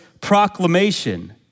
proclamation